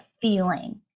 feeling